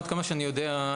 עד כמה שאני יודע,